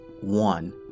one